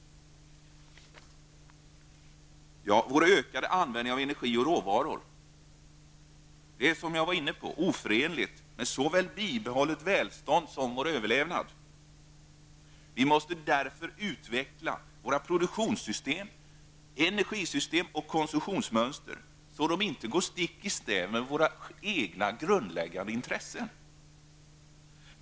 Vår ökade användning av energi och råvaror är oförenlig med såväl bibehållet välstånd som vår överlevnad. Vi måste därför utveckla våra produktionssystem, energisystem och konsumtionsmönster så att de inte går stick i stäv med våra egna grundläggande intressen.